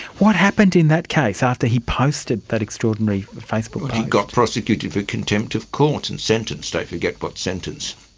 what happened in that case, after he posted that extraordinary facebook page? he got prosecuted for contempt of court and sentenced. i forget what sentence.